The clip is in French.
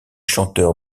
chanteur